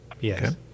yes